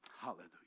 Hallelujah